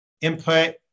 input